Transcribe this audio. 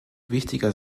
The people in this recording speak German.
wichtiger